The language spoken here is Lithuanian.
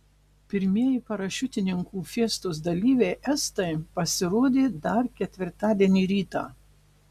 pirmieji parašiutininkų fiestos dalyviai estai pasirodė dar ketvirtadienį rytą